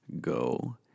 go